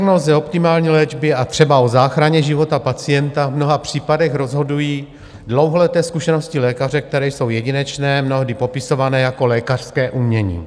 O diagnóze, optimální léčbě a třeba o záchraně života pacienta v mnoha případech rozhodují dlouholeté zkušenosti lékaře, které jsou jedinečné, mnohdy popisované jako lékařské umění.